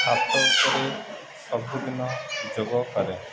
ଛାତ ଉପରେ ସବୁଦିନ ଯୋଗ କରେ